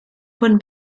von